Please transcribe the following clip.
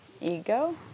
Ego